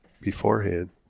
beforehand